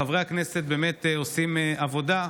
חברי הכנסת באמת עושים עבודה,